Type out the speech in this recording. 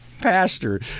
pastor